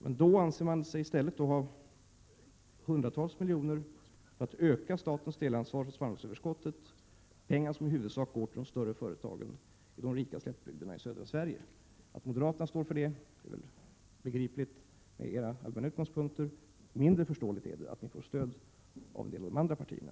Men samtidigt anser man sig ha hundratals miljoner över för att öka statens delansvar för spannmålsöverskottet — pengar som i huvudsak går till de större företagen i de rika slättbygderna i södra Sverige. Mot bakgrund av era allmänna utgångspunkter är det väl begripligt att ni moderater står för en sådan utveckling. Det är dock mindre förståeligt att ni får stöd för detta av en del av de andra partierna.